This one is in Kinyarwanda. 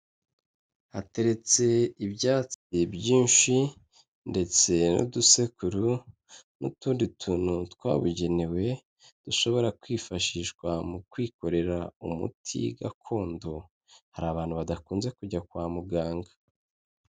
Hateretse ibyatsi byinshi ndetse n'udusekuru n'utundi tuntu twabugenewe dushobora kwifashishwa mu kwikorera umuti gakondo hari abantu badakunze kujya kwa muganga.